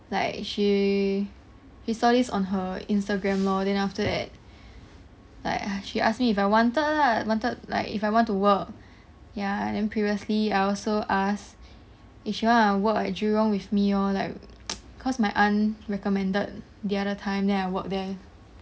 like she he saw this on her instagram lor then after that like she ask me if I wanted lah I wanted like if I want to work ya and then previously I also ask if she wanna work at jurong with me lor like cause my aunt recommended the other time then I worked there